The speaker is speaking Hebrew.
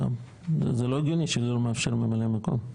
זה לא הגיוני שזה לא מאפשר ממלא מקום.